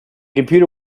computer